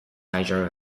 hydro